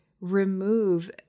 remove